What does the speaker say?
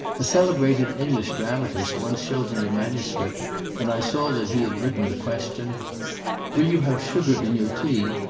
a celebrated english dramatist once showed me a manuscript and i saw that he had written the question will you have sugar in your tea,